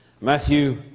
Matthew